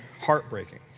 heartbreaking